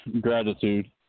gratitude